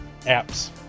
apps